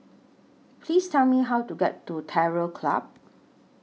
Please Tell Me How to get to Terror Club